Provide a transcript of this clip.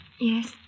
Yes